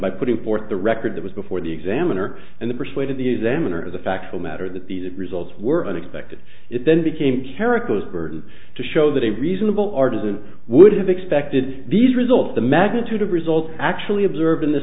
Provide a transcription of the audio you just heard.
by putting forth the record that was before the examiner and the persuaded the examiner of the factual matter that these results were unexpected it then became characters burden to show that a reasonable artisan would have expected these results the magnitude of result actually observed in th